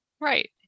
right